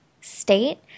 state